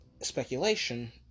speculation